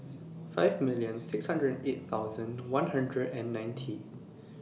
five million six hundred eight thousand one hundred and ninety